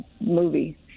movie